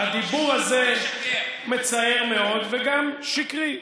הדיבור הזה מצער מאוד וגם שקרי.